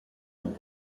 ont